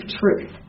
truth